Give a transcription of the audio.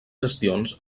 gestions